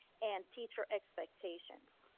and teacher expectations.